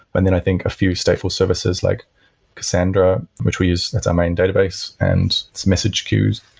but then i think a few stateful services, like cassandra, which we used. that's our main database, and message queues,